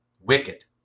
Wicked